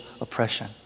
oppression